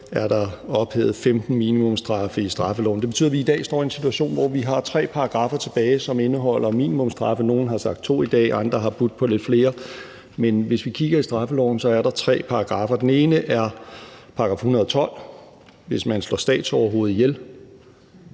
er der ophævet 15 minimumsstraffe i straffeloven, og det betyder, at vi i dag står i en situation, hvor vi har tre paragraffer tilbage, som indeholder minimumsstraffe, og nogle har i dag sagt to, og andre har budt på lidt flere. Men hvis vi kigger i straffeloven, kan vi se, at der er tre paragraffer. Den ene er § 112, hvor der, hvis man slår et statsoverhoved ihjel,